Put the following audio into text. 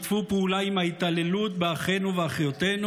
פעולה עם ההתעללות באחינו ואחיותינו?